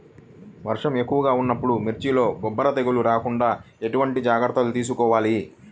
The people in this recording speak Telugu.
వర్షం ఎక్కువగా ఉన్నప్పుడు మిర్చిలో బొబ్బర తెగులు రాకుండా ఎలాంటి జాగ్రత్తలు తీసుకోవాలి?